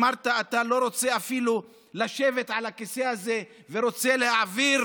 אמרת שאתה לא רוצה אפילו לשבת על הכיסא ורוצה להעביר